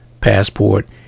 passport